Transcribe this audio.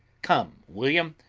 come, william,